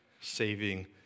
saving